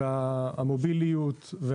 המוביליות,